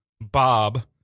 Bob